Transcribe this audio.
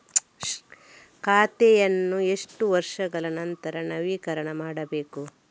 ಖಾತೆಯನ್ನು ಎಷ್ಟು ವರ್ಷಗಳ ನಂತರ ನವೀಕರಣ ಮಾಡಬೇಕು?